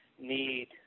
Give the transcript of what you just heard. need